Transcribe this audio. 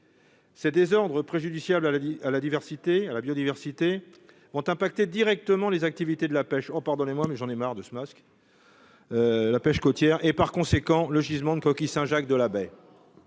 Ces désordres, préjudiciables à la biodiversité, vont impacter directement les activités de la pêche côtière et, par conséquent, le gisement de coquilles Saint-Jacques de la baie.